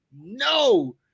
no